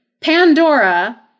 Pandora